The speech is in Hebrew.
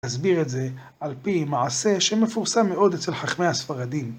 להסביר את זה על פי מעשה שמפורסם מאוד אצל חכמי הספרדים.